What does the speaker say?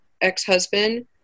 ex-husband